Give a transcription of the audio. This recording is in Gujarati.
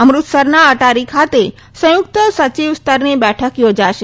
અમૃતસરના અટારી ખાતે સંયુક્ત સયીવ સ્તરની બેઠક યોજાશે